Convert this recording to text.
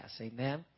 Amen